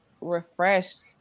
refreshed